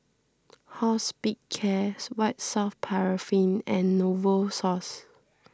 Hospicares White Soft Paraffin and Novosource